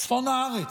צפון הארץ.